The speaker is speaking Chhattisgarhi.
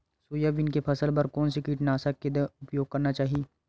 सोयाबीन के फसल बर कोन से कीटनाशक के उपयोग करना चाहि?